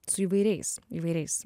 su įvairiais įvairiais